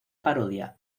parodia